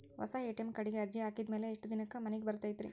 ಹೊಸಾ ಎ.ಟಿ.ಎಂ ಕಾರ್ಡಿಗೆ ಅರ್ಜಿ ಹಾಕಿದ್ ಮ್ಯಾಲೆ ಎಷ್ಟ ದಿನಕ್ಕ್ ಮನಿಗೆ ಬರತೈತ್ರಿ?